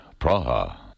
Praha